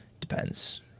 depends